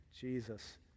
Jesus